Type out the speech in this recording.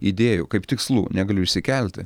idėjų kaip tikslų negaliu išsikelti